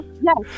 Yes